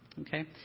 okay